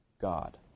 God